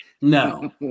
No